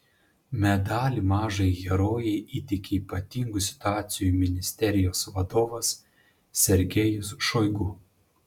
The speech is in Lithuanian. medalį mažajai herojei įteikė ypatingų situacijų ministerijos vadovas sergejus šoigu